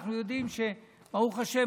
אנחנו יודעים שברוך השם,